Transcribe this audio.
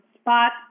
spot